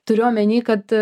turiu omeny kad